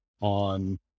on